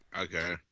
Okay